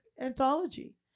anthology